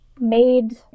made